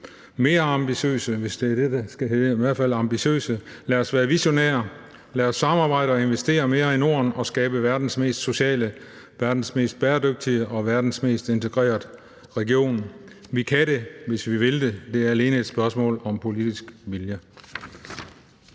mere ambitiøse, hvis det er det, men i hvert fald ambitiøse. Lad os være visionære, lave samarbejder og investere mere i Norden og skabe verdens mest sociale, verdens mest bæredygtige og verdens mest integrerede region. Vi kan det, hvis vi vil det. Det er alene et spørgsmål om politisk vilje.